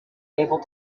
able